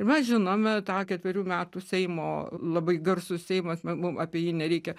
ir mes žinome tą ketverių metų seimo labai garsus seimas mum apie jį nereikia